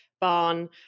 barn